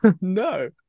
no